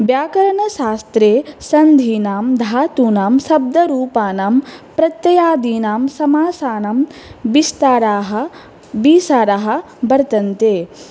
व्याकरणशास्त्रे सन्धीनां धातूनां शब्दरूपाणां प्रत्ययादीनां समासानां विस्ताराः विचाराः वर्तन्ते